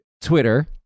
Twitter